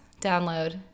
download